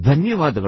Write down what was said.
ಧನ್ಯವಾದಗಳು